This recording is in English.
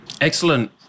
Excellent